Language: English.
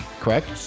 Correct